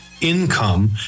income